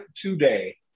today